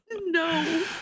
No